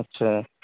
اچھا